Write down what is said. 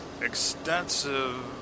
extensive